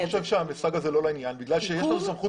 אני חושב שהמושג הזה הוא לא לעניין כי יש לנו סמכות